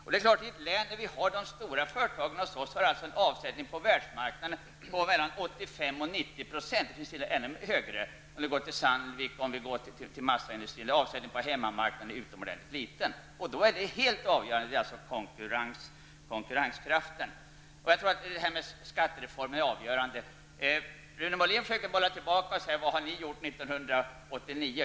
I vårt län avsätts 85--90 % av de stora företagens produktion på världsmarknaden. För vissa företag, t.ex. Sandvik och massaindustrin, är dessa siffror ännu större, och avsättningen på hemmamarknaden är oerhört liten. Konkurrenskraften för dessa företag är alltså helt avgörande. Jag tror att skattereformen är avgörande. Rune Molin försökte bolla tillbaka och frågade: Vad har ni gjort under 1989?